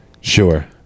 Sure